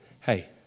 Hey